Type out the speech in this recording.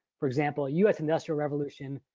for example u s. industrial revolution,